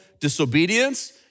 disobedience